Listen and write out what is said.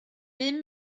bum